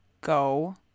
go